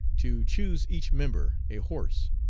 to choose, each member, a horse,